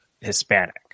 Hispanic